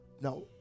Now